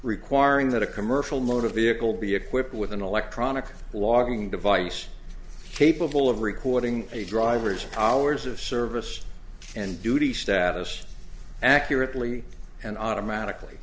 requiring that a commercial motor vehicle be equipped with an electronic logging device capable of recording a driver's hours of service and duty status accurately and automatically